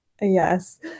Yes